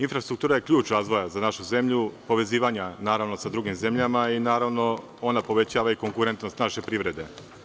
Infrastruktura je ključ razvoja za našu zemlju, povezivanja sa drugim zemljama i, naravno, ona povećava i konkurentnost naše privrede.